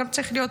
גם צריך להיות,